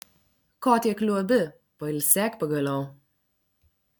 ko tiek liuobi pailsėk pagaliau